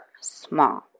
small